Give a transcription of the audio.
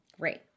great